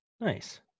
Nice